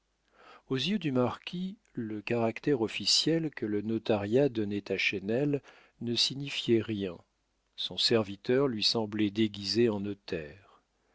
aux yeux du marquis le caractère officiel que le notariat donnait à chesnel ne signifiait rien son serviteur lui semblait déguisé en